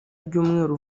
ry’umweru